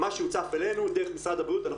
מה שהוצף בינינו דרך משרד הבריאות,